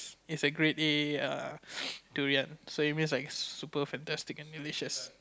it's a grade A err durian